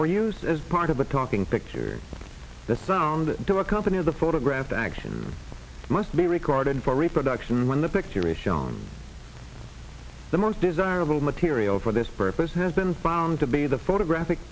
for use as part of a talking picture the sound do accompany the photograph the action must be recorded for reproduction when the picture is shown the most desirable material for this purpose has been found to be the photographic